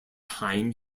time